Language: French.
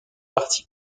parti